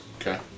Okay